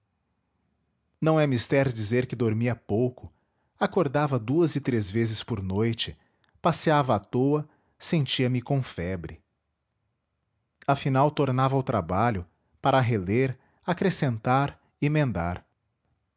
não é mister dizer que dormia pouco acordava duas e três vezes por noite passeava à toa sentia-me com febre afinal tornava ao trabalho para reler acrescentar emendar